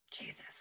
Jesus